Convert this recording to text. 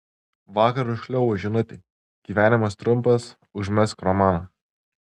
vakar užkliuvo žinutė gyvenimas trumpas užmegzk romaną